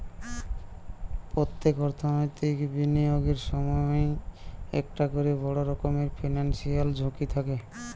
পোত্তেক অর্থনৈতিক বিনিয়োগের সময়ই একটা কোরে বড় রকমের ফিনান্সিয়াল ঝুঁকি থাকে